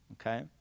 okay